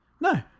No